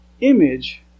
image